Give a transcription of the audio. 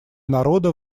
народа